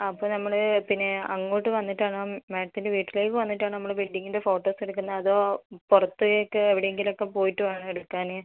അപ്പോൾ നമ്മൾ പിന്നെ അങ്ങോട്ട് വന്നിട്ട് ആണോ മാഡത്തിൻ്റെ വീട്ടിലേക്ക് വന്നിട്ടാണോ നമ്മൾ വെഡ്ഡിംഗിൻ്റെ ഫോട്ടോസ് എടുക്കുന്നത് അതോ പുറത്തേക്ക് എവിടെ എങ്കിലും ഒക്കെ പോയിട്ട് വേണോ എടുക്കാൻ